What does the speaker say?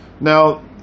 now